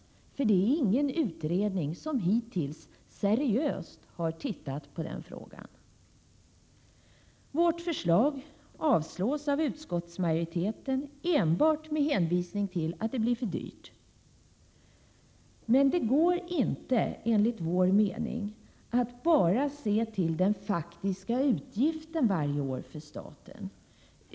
Hittills har nämligen ingen utredning tittat seriöst på den frågan. Vårt förslag avstyrks av utskottsmajoriteten, enbart med hänvisning till att det blir för dyrt. Det går inte, enligt vpk:s mening, att bara se till den faktiska utgiften varje år för staten.